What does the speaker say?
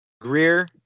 Greer